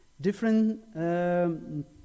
different